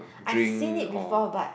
I seen it before but